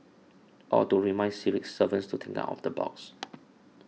or to remind civil servants to think out of the box